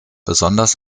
besonders